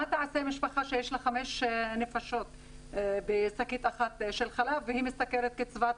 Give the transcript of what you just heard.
מה תעשה משפחה בת חמש נפשות עם שקית חלב אחת כשהיא משתכרת קצבת